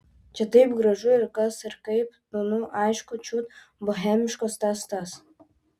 čia taip gražu ir kas ir kaip nu nu aišku čiut bohemiškos tas tas